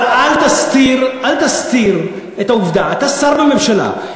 אבל אל תסתיר את העובדה, אתה שר בממשלה.